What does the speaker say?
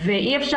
אפשר